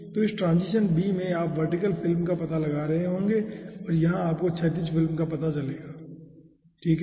तो इस transition b में आप वर्टिकल फिल्म का पता लगा रहे होंगे और यहां आपको क्षैतिज फिल्म का पता चलेगा ठीक है